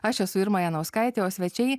aš esu irma janauskaitė o svečiai